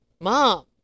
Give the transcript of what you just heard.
Mom